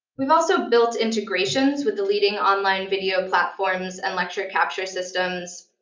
we've also built integrations with the leading online video platforms and lecture capture systems,